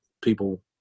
people